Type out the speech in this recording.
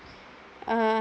uh